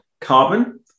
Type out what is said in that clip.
carbon